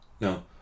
No